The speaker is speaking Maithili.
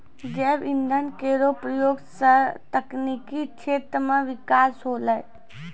जैव इंधन केरो प्रयोग सँ तकनीकी क्षेत्र म बिकास होलै